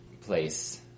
place